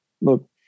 look